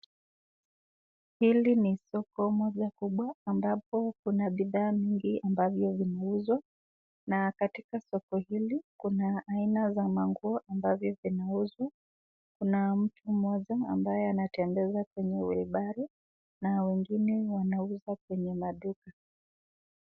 Hili ni soko moja kubwa ambapo kuna bidhaa mingi ambavyo vinauzwa na katika soko hili kuna aina za manguo ambavyo zinauzwa kuna mtu mmoja ambaye anatembeza kwenye wheelbarrow na wanauza kwenye maduka.